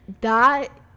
That-